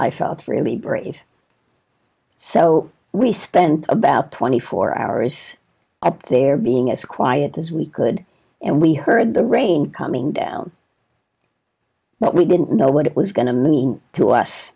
i felt really brave so we spent about twenty four hours up there being as quiet as we could and we heard the rain coming down but we didn't know what it was going to mean to us